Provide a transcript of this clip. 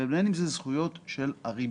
לבין אם אלה זכויות של הריבון.